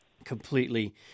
completely